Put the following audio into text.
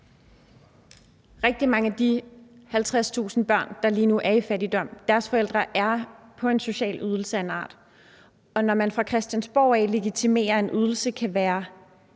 Rigtig mange af de 50.000 børn, der lige nu er i fattigdom, har forældre, der er på en social ydelse af en eller anden art. Og når man her fra Christiansborgs side legitimerer, at en ydelse kan være